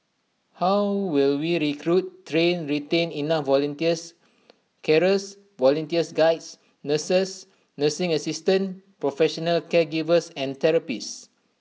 how will we recruit train retain enough volunteers carers volunteers Guides nurses nursing assistant professional caregivers and therapists